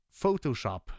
Photoshop